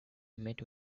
met